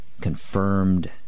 confirmed